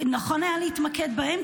נכון היה להתמקד בהם,